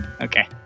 Okay